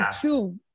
two